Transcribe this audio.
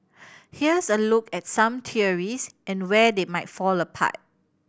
here's a look at some theories and where they might fall apart